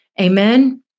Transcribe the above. Amen